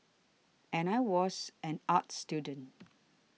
and I was an arts student